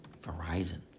Verizon